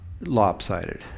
lopsided